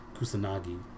Kusanagi